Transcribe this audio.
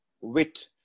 wit